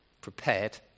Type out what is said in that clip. prepared